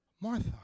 Martha